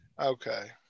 Okay